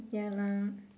ya lah